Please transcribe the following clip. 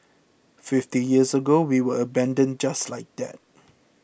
fifty years ago we were abandoned just like that